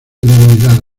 divinidad